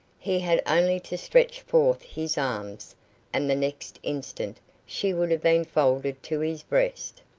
he had only to stretch forth his arms and the next instant she would have been folded to his breast.